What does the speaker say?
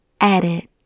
edit